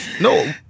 no